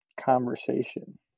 conversation